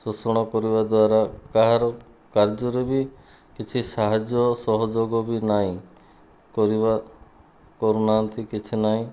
ଶୋଷଣ କରିବା ଦ୍ୱାରା କାହାର କାର୍ଯ୍ୟ ରେ ବି କିଛି ସାହାଯ୍ୟ ସହଯୋଗ ବି ନାହିଁ କରିବା କରୁନାହାନ୍ତି କିଛି ନାହିଁ